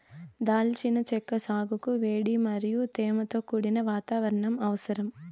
దాల్చిన చెక్క సాగుకు వేడి మరియు తేమతో కూడిన వాతావరణం అవసరం